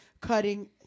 cutting